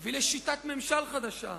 תביא לשיטת ממשל חדשה.